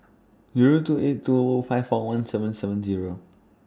Zero two eight two five four one seven seven Zero